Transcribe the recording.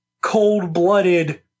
cold-blooded –